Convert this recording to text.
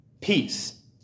peace